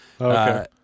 Okay